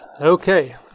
Okay